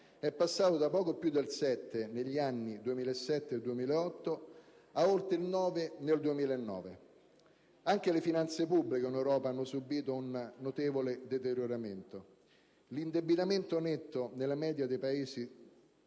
è passato da poco più del 7 per cento degli anni 2007-2008 a oltre il 9 per cento nel 2009. Anche le finanze pubbliche in Europa hanno subito un notevole deterioramento. L'indebitamento netto nella media dei Paesi